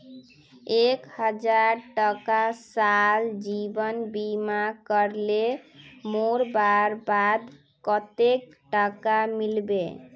एक हजार टका साल जीवन बीमा करले मोरवार बाद कतेक टका मिलबे?